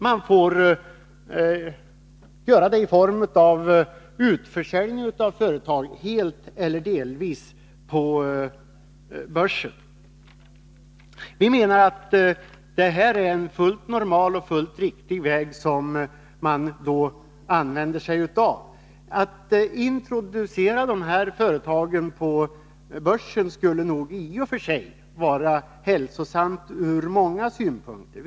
Man får göra det i form av en utförsäljning av företag helt eller delvis på börsen. Vi tycker att det här är en fullt normal och riktig väg att gå. Att introducera de här företagen på börsen skulle i och för sig vara hälsosamt ur många synpunkter.